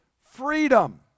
freedom